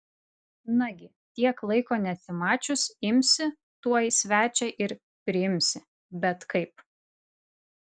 nagi tiek laiko nesimačius imsi tuoj svečią ir priimsi bet kaip